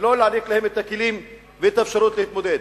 לא להעניק להם את הכלים ואת האפשרות להתמודד.